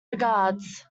regards